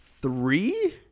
three